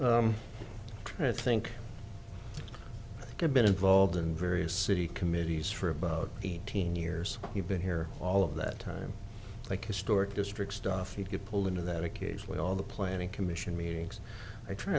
think i think a bit involved in various city committees for about eighteen years you've been here all of that time like historic district stuff you get pulled into that occasionally all the planning commission meetings i tr